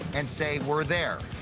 and say, we're there.